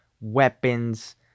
weapons